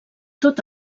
tot